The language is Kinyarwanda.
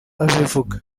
abivuga